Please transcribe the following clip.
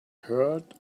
heard